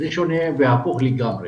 המצב שונה והפוך לגמרי.